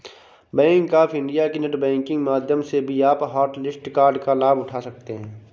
bank of India के net banking माध्यम से भी आप हॉटलिस्ट कार्ड का लाभ उठा सकते हैं